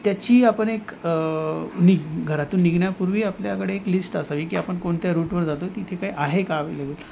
त त्याची आपण एक नि घरातून निघण्यापूर्वी आपल्याकडे एक लिस्ट असावी की आपण कोणत्या रूटवर जातो तिथे काय आहे का अवे्लेबल